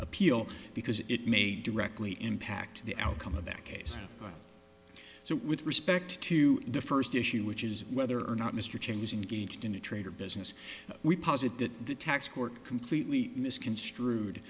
appeal because it may directly impact the outcome of that case so with respect to the first issue which is whether or not mr changes in gauged in a trade or business we posit that the tax court completely misconstrued